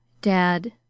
Dad